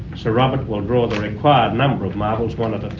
sir robert will draw the required number of marbles one at